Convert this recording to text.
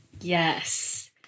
Yes